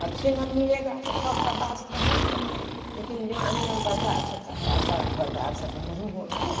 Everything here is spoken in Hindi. अच्छे ना मिलेगा तो सब सब बात कहबे करेंगे लेकिन जवानी में बर्दाश्त होता है अब बर्दाश्त तो नहीं होगा ना